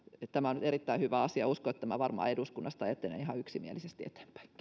tämä on erittäin hyvä asia uskon että tämä varmaan eduskunnasta etenee ihan yksimielisesti